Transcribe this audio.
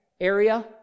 area